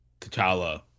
T'Challa